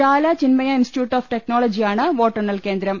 Chala Chinmaya institute of ടെക്നോളജിയാണ് വോട്ടെണ്ണൽ കേന്ദ്രം